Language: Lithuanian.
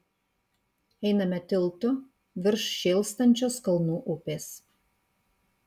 einame tiltu virš šėlstančios kalnų upės